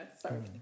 sorry